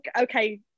Okay